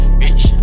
bitch